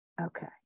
okay